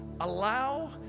Allow